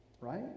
right